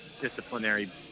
disciplinary